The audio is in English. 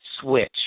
switch